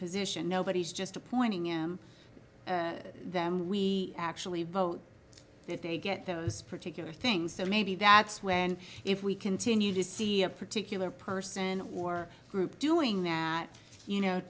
position nobody is just appointing him them we actually vote if they get those particular things so maybe that's where and if we continue to see a particular person or group doing their you know